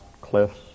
cliffs